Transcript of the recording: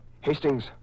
Hastings